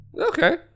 Okay